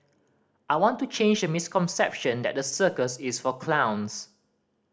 I want to change the misconception that the circus is for clowns